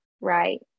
Right